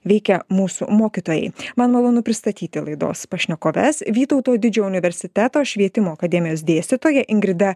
veikia mūsų mokytojai man malonu pristatyti laidos pašnekoves vytauto didžiojo universiteto švietimo akademijos dėstytoja ingrida